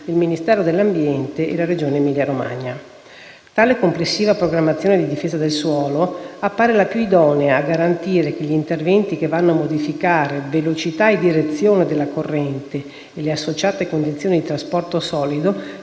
del territorio e del mare e la Regione Emilia-Romagna. Tale complessiva programmazione di difesa del suolo appare la più idonea a garantire che gli interventi che vanno a modificare velocità e direzione della corrente e le associate condizioni di trasporto solido